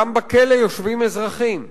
גם בכלא יושבים אזרחים.